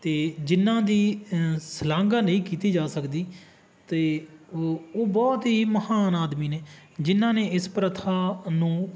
ਅਤੇ ਜਿਨਾਂ ਦੀ ਸ਼ਲਾਘਾ ਨਹੀਂ ਕੀਤੀ ਜਾ ਸਕਦੀ ਅਤੇ ਉਹ ਉਹ ਬਹੁਤ ਹੀ ਮਹਾਨ ਆਦਮੀ ਨੇ ਜਿਨਾਂ ਨੇ ਇਸ ਪ੍ਰਥਾ ਨੂੰ